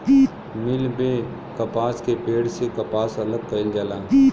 मिल में कपास के पेड़ से कपास अलग कईल जाला